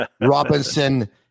Robinson